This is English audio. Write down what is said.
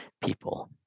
people